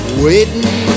waiting